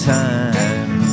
time